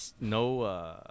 no